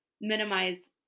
minimize